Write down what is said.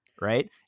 right